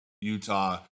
Utah